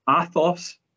Athos